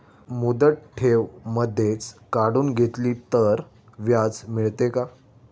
मुदत ठेव मधेच काढून घेतली तर व्याज मिळते का?